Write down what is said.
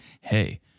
hey